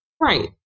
Right